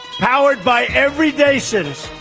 powered by everyday citizens,